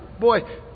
Boy